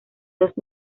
dos